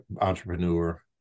entrepreneur